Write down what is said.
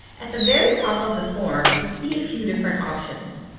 at the very top of the form you will see a few different options.